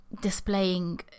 displaying